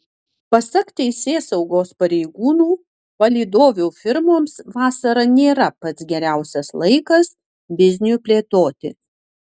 pasak teisėsaugos pareigūnų palydovių firmoms vasara nėra pats geriausias laikas bizniui plėtoti